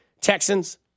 Texans